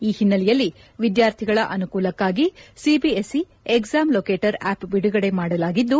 ಈ ಹಿನ್ನೆಲೆಯಲ್ಲಿ ವಿದ್ವಾರ್ಥಿಗಳ ಅನುಕೂಲಕ್ಷಾಗಿ ಸಿಬಿಎಸ್ಇ ಎಕ್ಸಾಮ್ ಲೊಕೇಟರ್ ಆಪ್ ಬಿಡುಗಡೆ ಮಾಡಲಾಗಿದ್ದು